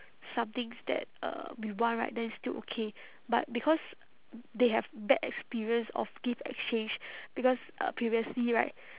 some things that uh we want right then still okay but because they have bad experience of gift exchange because uh previously right